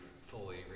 fully